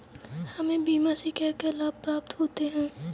हमें बीमा से क्या क्या लाभ प्राप्त होते हैं?